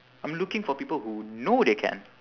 I'm looking for people who know they can